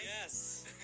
Yes